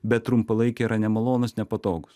bet trumpalaikėj yra nemalonūs nepatogūs